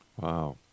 Wow